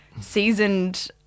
seasoned